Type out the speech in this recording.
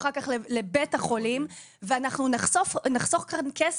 אחר כך לבית החולים ואנחנו נחסוך כאן כסף.